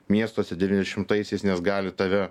miestuose devyniasdešimtaisiais nes gali tave